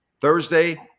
Thursday